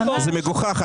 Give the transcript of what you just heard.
זה מגוחך.